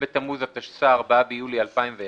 "י"ג בתמוז התשס"א (4 ביולי 2001),